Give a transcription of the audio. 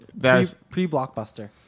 pre-Blockbuster